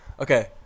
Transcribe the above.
Okay